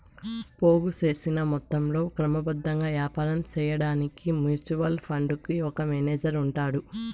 పోగు సేసిన మొత్తంలో క్రమబద్ధంగా యాపారం సేయడాన్కి మ్యూచువల్ ఫండుకు ఒక మేనేజరు ఉంటాడు